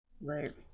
Right